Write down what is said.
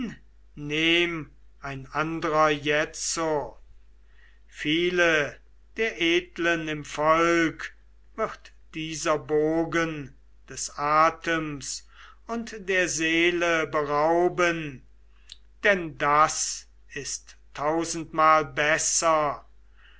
ein anderer jetzo viele der edeln im volk wird dieser bogen des atems und der seele berauben denn das ist tausendmal besser